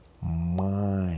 mind